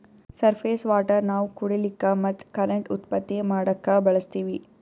surface water ನಾವ್ ಕುಡಿಲಿಕ್ಕ ಮತ್ತ್ ಕರೆಂಟ್ ಉತ್ಪತ್ತಿ ಮಾಡಕ್ಕಾ ಬಳಸ್ತೀವಿ